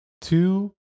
two